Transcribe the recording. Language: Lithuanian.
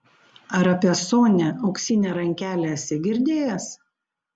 ar apie sonią auksinę rankelę esi girdėjęs